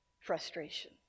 frustration